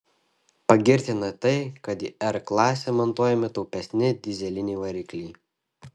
pagirtina tai kad į r klasę montuojami taupesni dyzeliniai varikliai